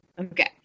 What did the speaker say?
Okay